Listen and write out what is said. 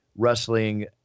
wrestling